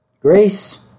Grace